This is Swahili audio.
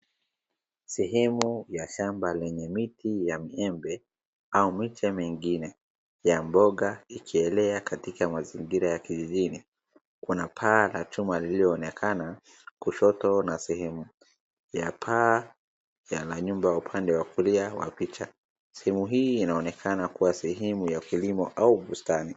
Sehemu ya shamba lenye miti ya miembe au miti nyingine ya mboga ikielea katika mazingira ya kijijini. Kuna paa la chuma lililoonekana kushoto na sehemu ya paa la nyumba upande wa kulia wa picha, sehemu hii inaonekana sehemu ya kilimo au bustani.